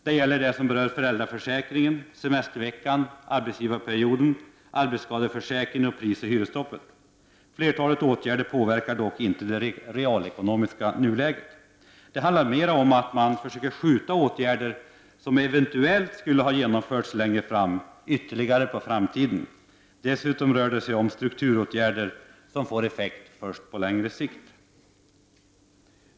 Det gäller det som berör föräldraförsäkringen, semesterveckan, arbetsgivarperioden, arbetsskadeförsäkringen och prisoch hyresstoppet. Flertalet åtgärder påverkar dock inte det realekonomiska nuläget. De handlar mer om att man försöker skjuta åtgärder, som eventuellt skulle ha genomförts, längre fram i tiden. Dessutom rör det sig om strukturåtgärder som får effekt först på längre sikt.